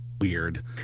weird